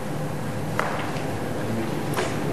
ההצעה להעביר את הנושא לוועדת הכספים נתקבלה.